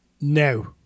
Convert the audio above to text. No